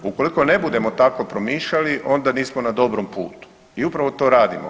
Ukoliko ne budemo tako promišljali onda nismo na dobrom putu i upravo to radimo.